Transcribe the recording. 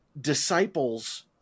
disciples